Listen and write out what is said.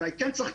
אולי כן צריך.